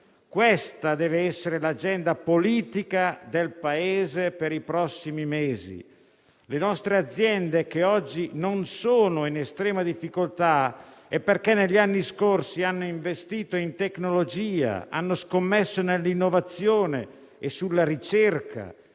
Questa dev'essere l'agenda politica del Paese per i prossimi mesi. Le nostre aziende che oggi non sono in estrema difficoltà negli anni scorsi hanno investito in tecnologia e scommesso sull'innovazione e la ricerca